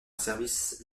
service